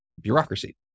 bureaucracy